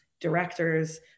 directors